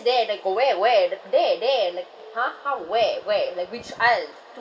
there like go where where th~ there there like !huh! how where where like which aisle